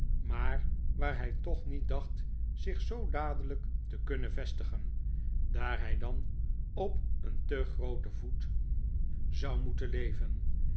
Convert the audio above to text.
maar waar hij toch niet dacht zich zoo dadelijk te kunnen vestigen daar hij dan op een te grooten voet zou moeten leven